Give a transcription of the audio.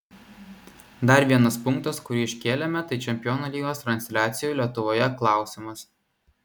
dar vienas punktas kurį iškėlėme tai čempionų lygos transliacijų lietuvoje klausimas